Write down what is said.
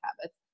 habits